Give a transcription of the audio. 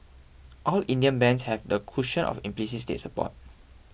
all Indian banks have the cushion of implicit state support